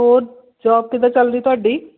ਹੋਰ ਜੌਬ ਕਿੱਦਾਂ ਚੱਲ ਰਹੀ ਤੁਹਾਡੀ